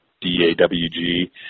D-A-W-G